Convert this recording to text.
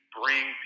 bring